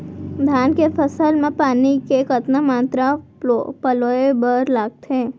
धान के फसल म पानी के कतना मात्रा पलोय बर लागथे?